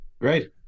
Great